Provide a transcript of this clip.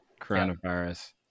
coronavirus